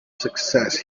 success